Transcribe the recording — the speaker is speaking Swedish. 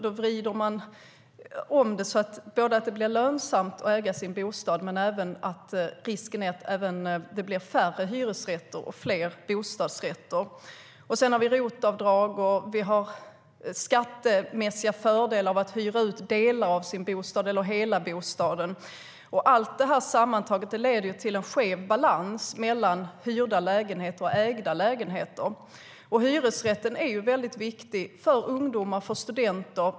Då blir det lönsamt att äga sin bostad, men risken är att det blir färre hyresrätter och fler bostadsrätter. Sedan har vi ROT-avdrag och skattemässiga fördelar om man hyr ut delar av sin bostad eller hela bostaden. Allt detta sammantaget leder till en skev balans mellan hyrda lägenheter och ägda lägenheter. Hyresrätten är väldigt viktig för ungdomar och studenter.